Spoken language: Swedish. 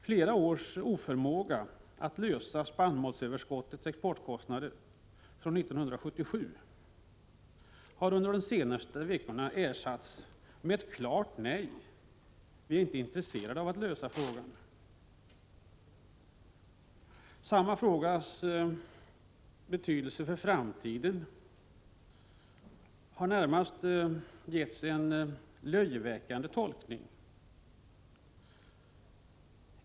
Flera års oförmåga att lösa exportkostnaderna för det spannmålsöverskott som vi har haft sedan 1977 har under de senaste veckorna ersatts med ett klart nej — man är inte intresserad av att lösa frågan. Samma frågas betydelse för framtiden har bedömts på ett närmast löjeväckande sätt.